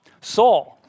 Saul